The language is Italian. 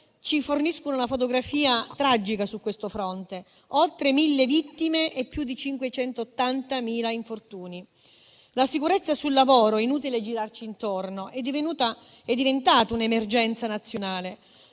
ci forniscono una fotografia tragica su questo fronte. Oltre 1.000 vittime e più di 580.000 infortuni. La sicurezza sul lavoro, inutile girarci intorno, è diventata un'emergenza nazionale,